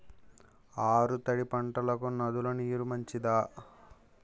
ఆరు తడి పంటలకు నదుల నీరు మంచిదా?